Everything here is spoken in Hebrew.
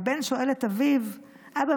והבן שואל את אביו: אבא,